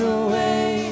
away